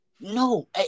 No